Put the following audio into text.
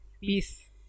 Peace